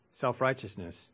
Self-righteousness